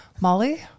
Molly